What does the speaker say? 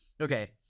Okay